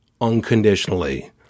unconditionally